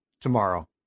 tomorrow